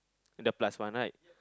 the plus one right